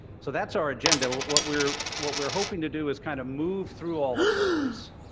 so that's our agenda, what we're what we're hoping to do is kind of move through all of those,